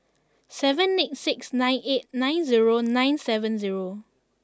seven eight six nine eight nine zero nine seven zero